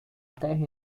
terra